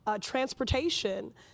transportation